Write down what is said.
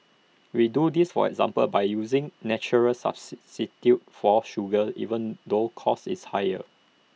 we do this for example by using natural substitute for sugar even though cost is higher